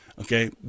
Okay